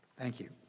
thank you.